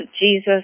Jesus